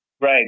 Right